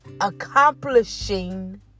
accomplishing